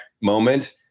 moment